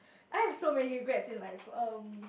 I have so many regrets in life um